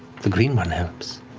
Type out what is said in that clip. the green one helps.